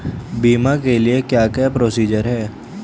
बीमा के लिए क्या क्या प्रोसीजर है?